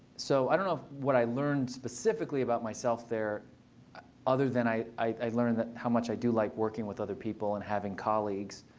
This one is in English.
so i don't know what i learned specifically about myself there other than i i learned that how much i do like working with other people and having colleagues,